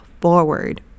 forward